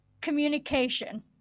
communication